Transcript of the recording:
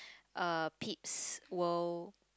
a pete's world